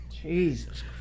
Jesus